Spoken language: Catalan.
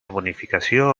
bonificació